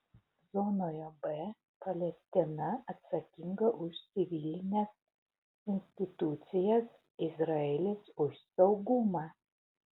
zonoje b palestina atsakinga už civilines institucijas izraelis už saugumą